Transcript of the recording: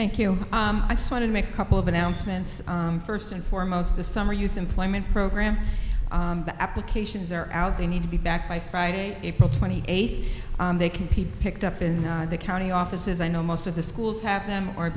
thank you i just want to make a couple of announcements first and foremost the summer youth employment program the applications are out they need to be back by friday april twenty eighth they compete picked up in the county offices i know most of the schools have them